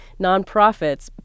nonprofits